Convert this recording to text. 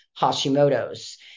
Hashimoto's